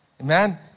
Amen